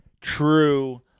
true